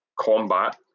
combat